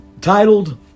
titled